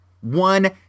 one